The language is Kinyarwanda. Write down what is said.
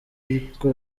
ariko